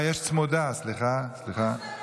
סליחה,